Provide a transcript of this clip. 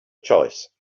choice